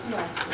Yes